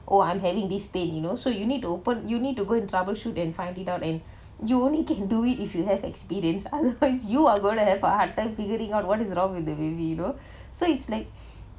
oh I'm having this pain you know so you need to open you need to go and troubleshoot and find it out and you only can do it if you have experience otherwise you are going to have a hard time figuring out what is wrong with the baby you know so it's like